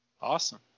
Awesome